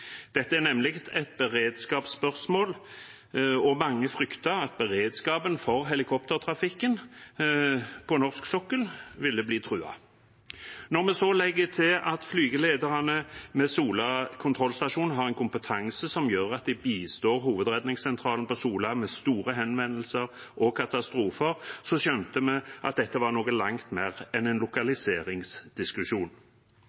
Dette er nemlig et beredskapsspørsmål, og mange frykter at beredskapen for helikoptertrafikken på norsk sokkel vil bli truet. Når vi så legger til at flygelederne ved Stavanger kontrollsentral har en kompetanse som gjør at de bistår Hovedredningssentralen på Sola ved store hendelser og katastrofer, skjønte vi at dette var noe langt mer enn en